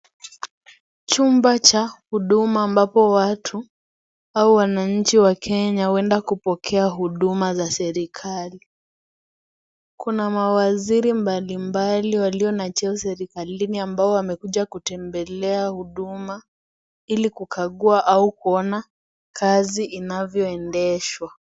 Chumba cha huduma ambapo watu au wananchi wa Kenya huenda kupokea huduma za serikali. Kuna mawaziri mbali mbali walio na cheo serikalini ambao wamekuja kutembelea huduma ili kukagua au kuona kazi inavyoendeshwa.